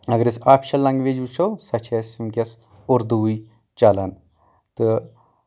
اگر أسۍ official language وٕچھو سۄ چھِ اسہِ وُنکیٚس اردوٗوٕے چلن تہٕ